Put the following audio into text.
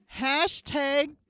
Hashtag